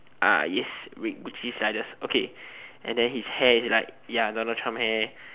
ah yes with gucci sliders okay and then his hair like ya Donald Trump hair